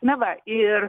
na va ir